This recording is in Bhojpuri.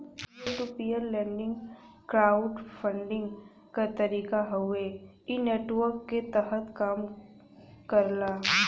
peer to peer lending crowd funding क तरीका हउवे इ नेटवर्क के तहत कम करला